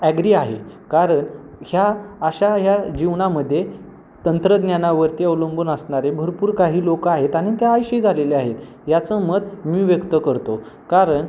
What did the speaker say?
agree आहे कारण ह्या अशा ह्या जीवनामध्ये तंत्रज्ञानावरती अवलंबून असणारे भरपूर काही लोक आहेत आणि त्या आळशी झालेले आहेत याचं मत मी व्यक्त करतो कारण